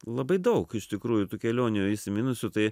labai daug iš tikrųjų tų kelionių įsiminusių tai